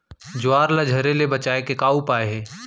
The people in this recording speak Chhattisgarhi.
ज्वार ला झरे ले बचाए के का उपाय हे?